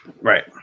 Right